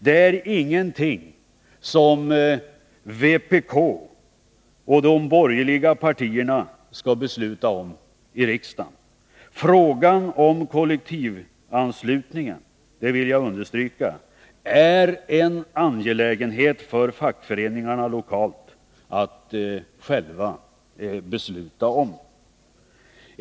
Det är ingenting som vpk och de borgerliga partierna skall besluta om i riksdagen. Frågan om kollektivanslutningen — det vill jag understryka — är en angelägenhet för de lokala fackföreningarna att själva besluta om.